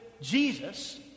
Jesus